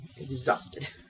exhausted